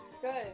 good